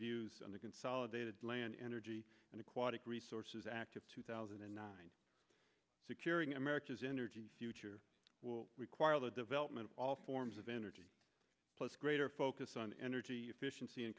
views on the consolidated land energy and aquatic resources act of two thousand and nine securing america's energy future will require the development of all forms of energy greater focus on energy efficiency and